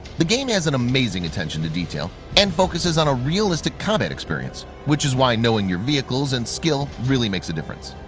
the game has an amazing attention to detail and focuses on a realistic combat experience, which is why knowing your vehicles and skill really makes a difference.